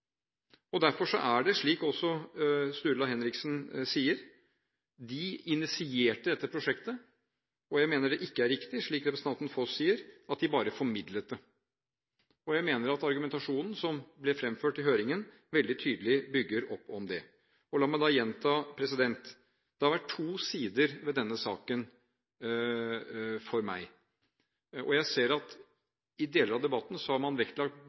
usannsynlig. Derfor er det slik som også Sturla Henriksen sier: De initierte dette prosjektet. Jeg mener det ikke er riktig slik representanten Foss sier, at de bare formidlet det. Jeg mener at argumentasjonen som ble fremført i høringen, veldig tydelig bygger opp om det. La meg da gjenta: Det har vært to sider ved denne saken for meg. Jeg ser at i deler av debatten har man vektlagt